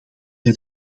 bij